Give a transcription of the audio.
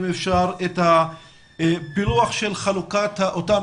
אם אפשר את הפילוח של חלוקת אותם